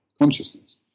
consciousness